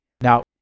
Now